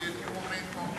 שנתמוך בזה.